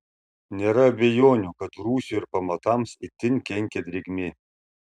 nėra abejonių kad rūsiui ir pamatams itin kenkia drėgmė